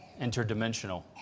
interdimensional